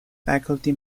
faculty